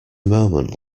moment